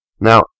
Now